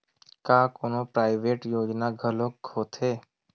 का कोनो प्राइवेट योजना घलोक होथे?